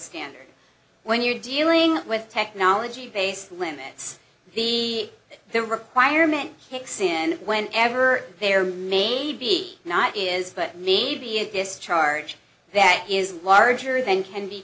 standard when you're dealing with technology based limits the the requirement kicks in when ever there may be not is but maybe a discharge that is larger than can be